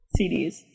CDs